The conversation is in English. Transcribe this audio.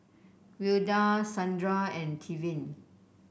Wilda Sandra and Tevin